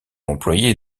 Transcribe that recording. employées